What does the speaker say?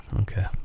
Okay